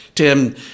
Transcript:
Tim